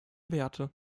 werte